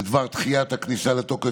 בדבר דחיית הכניסה לתוקף,